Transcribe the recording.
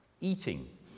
eating